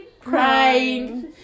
Crying